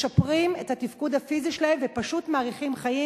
משפרים את התפקוד הפיזי שלהם ופשוט מאריכים חיים.